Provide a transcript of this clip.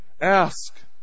Ask